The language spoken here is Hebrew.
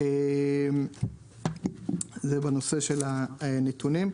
זה בנושא של הנתונים.